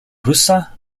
rusa